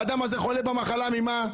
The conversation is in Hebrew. האדם הזה חולה במחלה, ממה?